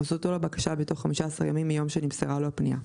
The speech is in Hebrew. התייחסותו לבקשה בתוך 15 ימים מיום שנמסרה לו הפנייה,